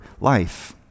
life